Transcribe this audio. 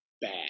bad